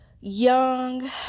young